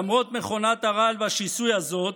למרות מכונת הרעל והשיסוי הזאת,